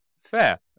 Fair